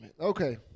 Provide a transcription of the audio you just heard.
Okay